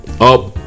up